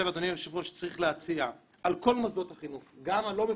צריך להציע לכל מוסדות החינוך, גם הלא מפוקחים,